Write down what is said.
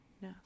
No